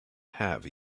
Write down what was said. have